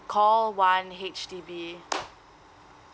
call one H_D_B